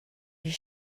your